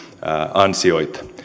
ansioita